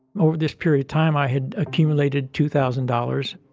over this period of time, i had accumulated two thousand dollars.